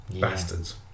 bastards